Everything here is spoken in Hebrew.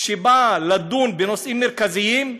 שבאה לדון בנושאים מרכזיים,